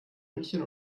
münchen